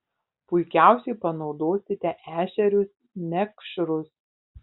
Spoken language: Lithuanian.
puikiausiai panaudosite ešerius mekšrus